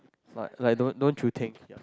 but like don't don't you think